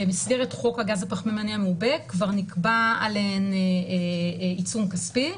במסגרת חוק הגז הפחמימני מעובה כבר נקבע עליהן עיצום כספי,